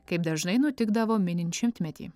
kaip dažnai nutikdavo minint šimtmetį